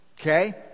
Okay